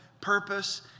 purpose